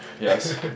Yes